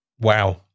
Wow